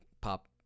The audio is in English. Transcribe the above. pop